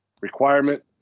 requirement